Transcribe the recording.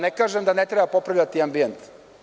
Ne kažem da ne treba popraviti ambijent.